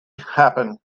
happen